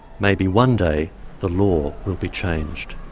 maybe one day the law will be changed.